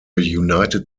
united